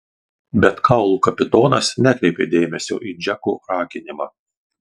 bet kaulų kapitonas nekreipė dėmesio į džeko raginimą